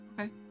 Okay